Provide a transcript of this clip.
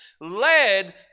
led